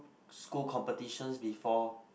school competitions before